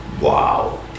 wow